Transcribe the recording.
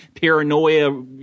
paranoia